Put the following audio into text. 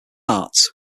arts